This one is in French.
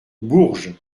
bourges